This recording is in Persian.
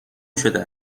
شده